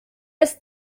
ist